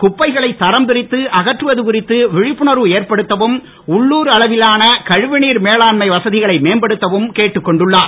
குப்பைகளை தரம்பிரித்து அகற்றுவது குறித்து விழிப்புணர்வை ஏற்படுத்தவும் உள்ளூர் அளவிலான கழிவுநீர் மேலான்மை வசதிகளை மேம்படுத்தவும் கேட்டுக் கொண்டுள்ளார்